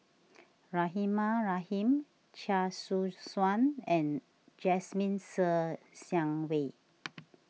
Rahimah Rahim Chia Soo Suan and Jasmine Ser Xiang Wei